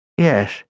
Yes